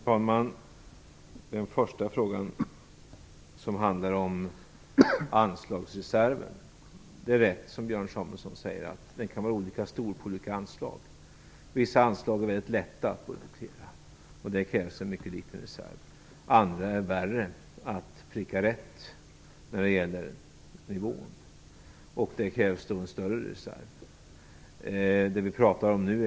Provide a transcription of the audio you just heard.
Herr talman! Den första frågan handlade om anslagsreserven. Det är rätt som Björn Samuelson säger, att den kan vara olika stor i olika anslag. Vissa anslag är lättare att budgetera, och då krävs en mycket liten reserv. I fråga om andra anslag kan det vara svårt att pricka rätt när det gäller nivån, och då krävs det en större reserv.